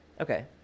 Okay